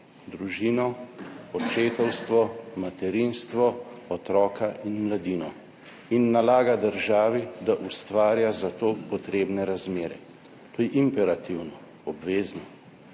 družino, očetovstvo, materinstvo, otroka in mladino, in nalaga državi, da ustvarja za to potrebne razmere. To je imperativno, obvezno.